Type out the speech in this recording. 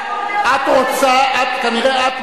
כנראה את,